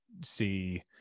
see